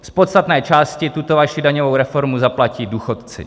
Z podstatné části tuto vaši daňovou reformu zaplatí důchodci.